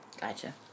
Gotcha